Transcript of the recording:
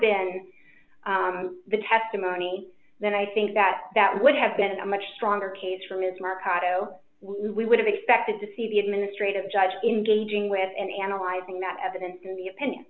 been the testimony then i think that that would have been a much stronger case for ms mercado we would have expected to see the administrative judge in gauging with and analyzing that evidence in the opinion